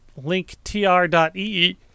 linktr.ee